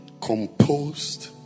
composed